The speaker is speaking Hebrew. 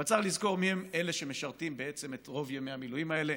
אבל צריך לזכור מיהם אלה שמשרתים בעצם את רוב ימי המילואים האלה.